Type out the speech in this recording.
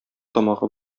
тамагы